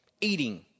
eating